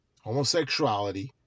homosexuality